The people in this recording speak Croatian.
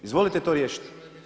Izvolite to riješiti.